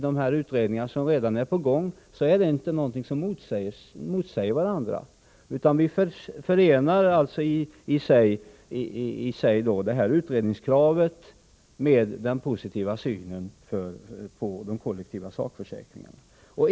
Det finns ingen motsättning här, utan vi förenar utredningskravet med den positiva synen på de kollektiva sakförsäkringarna.